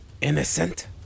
innocent